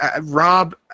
Rob